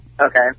Okay